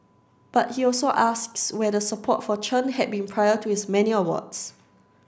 but he also asks where the support for Chen had been prior to his many awards